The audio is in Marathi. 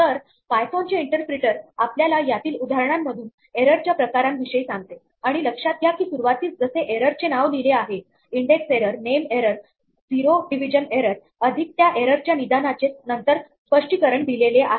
तर पायथोनचे इंटरप्रीटर आपल्याला यातील उदाहरणांमधून एरर च्या प्रकारांविषयी सांगते आणि लक्षात घ्या कि सुरूवातीस जसे एरर चे नाव लिहिले आहे index error name error zero division error अधिक त्या एररच्या निदानाचे नंतर स्पष्टीकरण दिले आहे